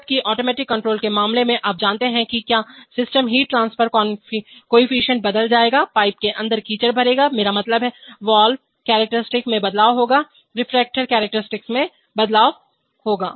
जबकि automatic control के मामले में आप जानते हैं कि क्योंकि सिस्टम हीट ट्रांसफर कोएफ़िशिएंट बदल जाएगा पाइप के अंदर कीचड़ भरेगा मेरा मतलब है वाल्व कैरेक्टरस्टिक्स में बदलाव होगा रिएक्टर कैरेक्टरस्टिक्स में बदलाव होगा